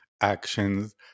actions